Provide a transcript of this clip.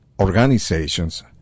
organizations